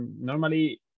Normally